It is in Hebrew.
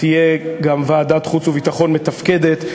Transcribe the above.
תהיה גם ועדת חוץ וביטחון מתפקדת,